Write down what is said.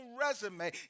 resume